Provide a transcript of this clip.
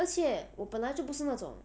而且我本来就不是那种